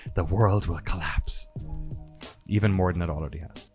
the world will collapse even more than it already has.